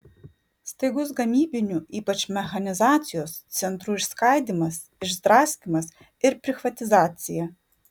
staigus gamybinių ypač mechanizacijos centrų išskaidymas išdraskymas ir prichvatizacija